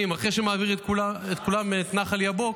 אחרי שהוא מעביר את כולם את נחל יבוק,